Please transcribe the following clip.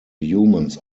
humans